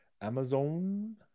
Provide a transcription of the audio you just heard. Amazon